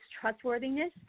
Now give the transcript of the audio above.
trustworthiness